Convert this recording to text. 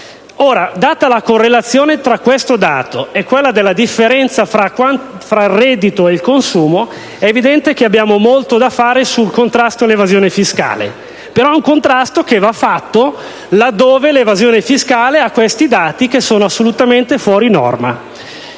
Data la correlazione tra questo dato e quello della differenza tra reddito e consumo, è evidente che abbiamo molto da fare sul contrasto all'evasione fiscale. Però è un contrasto che va fatto, dove l'evasione fiscale ha questi dati assolutamente fuori norma.